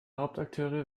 hauptakteure